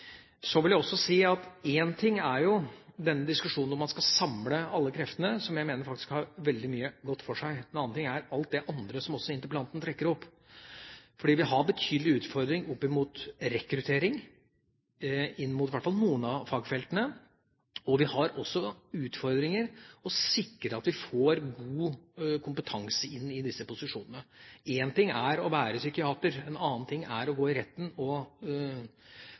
Så vil jeg også si at én ting er jo denne diskusjonen om man skal samle alle kreftene, som jeg mener faktisk har veldig mye godt for seg. En annen ting er alt det andre som interpellanten også trekker opp, for vi har betydelige utfordringer når det gjelder rekruttering til i hvert fall noen av fagfeltene, og vi har også utfordringer i å sikre at vi får god kompetanse inn i disse posisjonene. Én ting er å være psykiater, en annen ting er å gå i retten og